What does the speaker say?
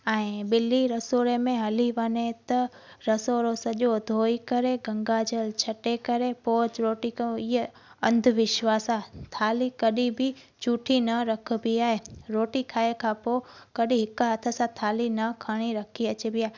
ऐं ॿिली रसोड़े में हली वञे त रसोड़ो सॼो धोई करे गंगा जल छटे करे पोच रोटी कयूं इहो अंधविश्वास आहे थाली कॾहिं बि झूठी न रखबी आहे रोटी खाइणु खां पोइ कॾहिं हिकु हथ सां थाली न खणी रखी अचबी आहे